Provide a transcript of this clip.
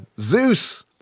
Zeus